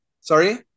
Sorry